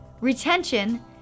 retention